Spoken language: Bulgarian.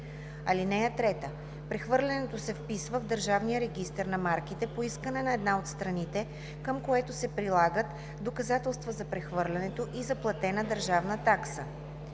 друго. (3) Прехвърлянето се вписва в Държавния регистър на марките по искане на една от страните, към което се прилагат доказателства за прехвърлянето и за платена държавна такса.